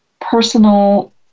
personal